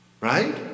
Right